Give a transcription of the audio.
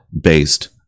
based